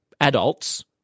adults